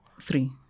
three